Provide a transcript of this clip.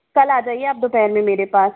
कल आ जाइए आप दोपहर में मेरे पास